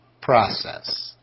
process